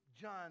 John